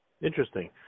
Interesting